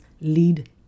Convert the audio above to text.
lead